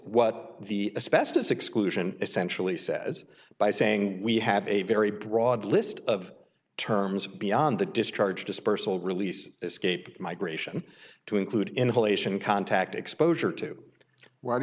action essentially says by saying we have a very broad list of terms beyond the discharge dispersal release escape migration to include inhalation contact exposure to why